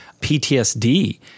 PTSD